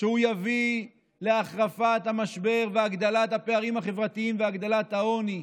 שהוא יביא להחרפת המשבר ולהגדלת הפערים החברתיים ולהגדלת העוני,